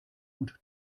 und